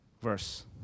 verse